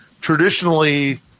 traditionally